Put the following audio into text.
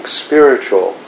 spiritual